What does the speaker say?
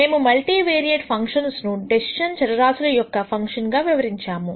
మేము multivariate functions ను decision చర రాశుల యొక్క ఫంక్షన్ గా వివరించాము